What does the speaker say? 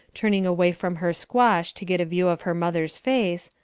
turning away from her squash to get a view of her mother's face,